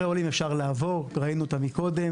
אפשר לעבור על מספרי העולים, ראינו אותם קודם.